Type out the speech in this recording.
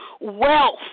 wealth